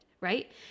right